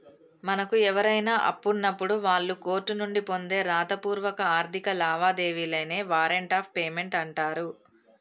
మనకు ఎవరైనా అప్పున్నప్పుడు వాళ్ళు కోర్టు నుండి పొందే రాతపూర్వక ఆర్థిక లావాదేవీలనే వారెంట్ ఆఫ్ పేమెంట్ అంటరు